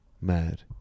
Mad